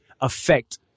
affect